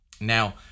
Now